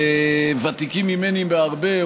ותיק ממני בהרבה,